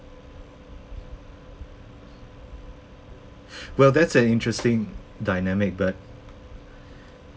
well that's an interesting dynamic but